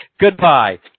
Goodbye